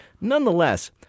Nonetheless